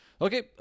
Okay